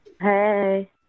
Hey